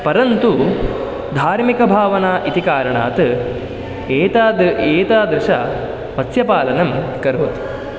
परन्तु धार्मिकभावना इति कारणात् एताद् एतादृशमत्स्यपालनं करोति